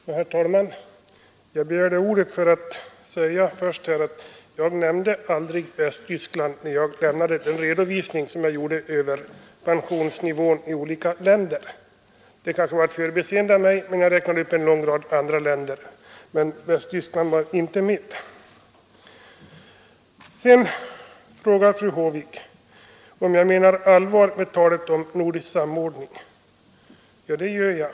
Herr talman! Jag begärde ordet för att till att börja med säga att jag aldrig nämnde Västtyskland när jag lämnade redovisningen av pensionsnivån i olika länder. Det kanske var ett förbiseende av mig; jag räknade upp en lång rad andra länder, men Västtyskland var inte med. Sedan frågar fru Håvik om jag menar allvar med talet om nordisk samordning. Ja, det gör jag.